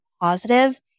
positive